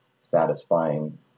satisfying